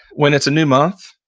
when it's a new month,